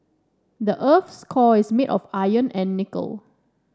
the earth's core is made of iron and nickel